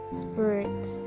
spirit